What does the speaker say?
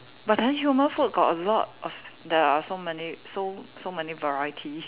but then human food got a lot of there are so many so so many variety